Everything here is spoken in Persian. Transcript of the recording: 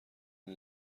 این